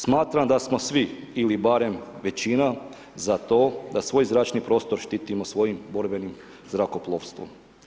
Smatram da smo svi, ili barem većina za to da svoj zračni prostor štitimo svojim borbenim zrakoplovstvom.